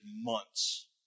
months